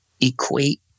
equate